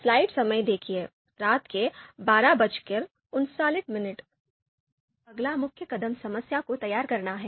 अब अगला मुख्य कदम समस्या को तैयार करना है